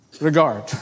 regard